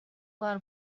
бар